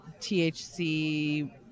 THC